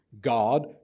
God